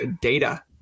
data